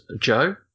joe